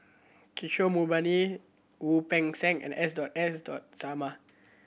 Kishore Mahbubani Wu Peng Seng and S S Sarma